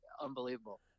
unbelievable